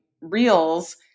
reels